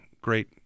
great